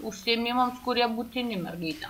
užsiėmimams kurie būtini mergaitėm